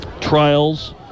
trials